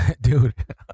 dude